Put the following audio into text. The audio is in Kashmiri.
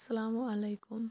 اَسَلامُ علیکُم